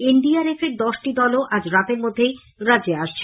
NDRF এর দশটি দলও আজ রাতের মধ্যেই রাজ্যে আসছেন